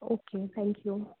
okay thank you